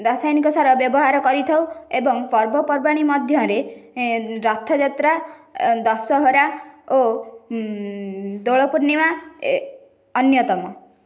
ରାସାୟନିକ ସାର ବ୍ୟବହାର କରିଥାଉ ଏବଂ ପର୍ବପର୍ବାଣୀ ମଧ୍ୟରେ ରଥଯାତ୍ରା ଦଶହରା ଓ ଦୋଳ ପୂର୍ଣ୍ଣିମା ଅନ୍ୟତମ